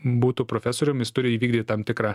būtų profesorium jis turi įvykdyt tam tikrą